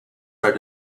are